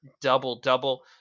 double-double